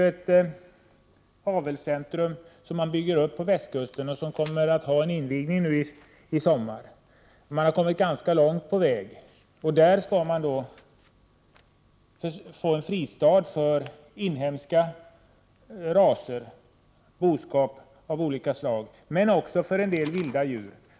Detta avelscentrum byggs upp på västkusten, och invigning kommer att ske i sommar. Man har kommit ganska långt på väg. Här skall det då bli en fristad för inhemska raser. Det gäller boskap av olika slag men också en del vilda djur.